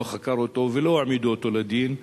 לא חקר אותו ולא העמידו אותו לדין.